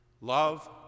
Love